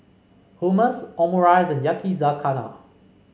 Hummus Omurice and Yakizakana